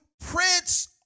prince